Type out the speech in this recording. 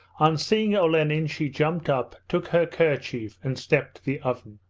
on seeing olenin she jumped up, took her kerchief and stepped to the oven.